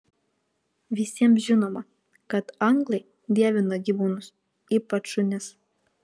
visiems žinoma kad anglai dievina gyvūnus ypač šunis